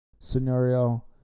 scenario